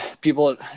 people